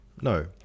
no